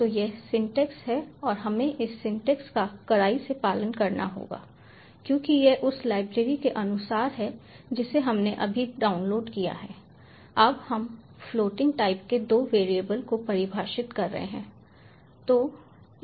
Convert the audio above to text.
तो यह सिंटैक्स है और हमें इस सिंटैक्स का कड़ाई से पालन करना होगा क्योंकि यह उस लाइब्रेरी के अनुसार है जिसे हमने अभी डाउनलोड किया है अब हम फ्लोटिंग टाइप के दो वेरिएबल को परिभाषित कर रहे हैं